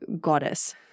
goddess